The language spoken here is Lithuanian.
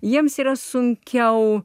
jiems yra sunkiau